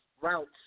routes